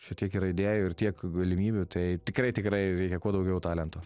čia tiek yra idėjų ir tiek galimybių tai tikrai tikrai reikia kuo daugiau talento